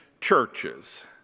churches